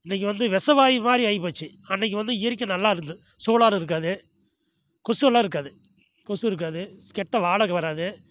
இன்னைக்கு வந்து விச வாயு மாதிரி ஆகிப்போச்சு அன்னைக்கு வந்து இயற்கை நல்லா இருந்து சோலார் இருக்காது கொசு எல்லாம் இருக்காது கொசு இருக்காது கெட்ட வாட வராது